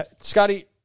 Scotty